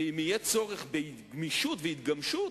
ואם יהיה צורך בגמישות ובהתגמשות,